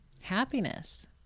Happiness